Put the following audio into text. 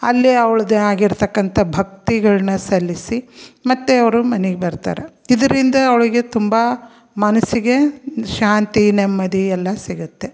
ಅಲ್ಲಿ ಅವ್ಳದ್ದೆ ಆಗಿರತಕ್ಕಂಥ ಭಕ್ತಿಗಳನ್ನ ಸಲ್ಲಿಸಿ ಮತ್ತೆ ಅವರು ಮನೆಗೆ ಬರ್ತಾರೆ ಇದರಿಂದ ಅವಳಿಗೆ ತುಂಬ ಮನಸ್ಸಿಗೆ ಶಾಂತಿ ನೆಮ್ಮದಿ ಎಲ್ಲ ಸಿಗುತ್ತೆ